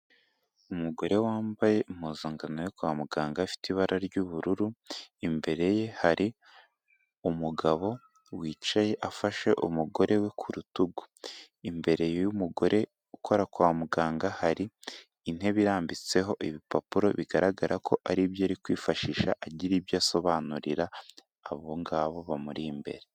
Umugore wambaye impuzankano yo kwa muganga ifite ibara ry'ubururu, imbere ye hari umugabo wicaye afashe umugore we ku rutugu, imbere y'umugore ukora kwa muganga hari intebe irambitseho ibipapuro bigaragara ko ari byo ari kwifashisha agira ibyo asobanurira abo ngabo bamuri imbere.